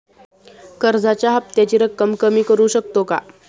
कर्जाच्या हफ्त्याची रक्कम कमी करू शकतो का?